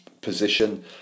position